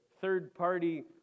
third-party